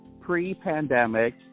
pre-pandemic